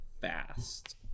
fast